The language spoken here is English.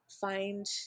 find